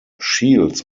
shields